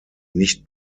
nicht